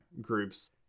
groups